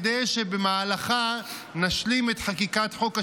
כדי שבמהלכה נשלים את חקיקת חוק השידורים,